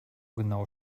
genau